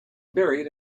buried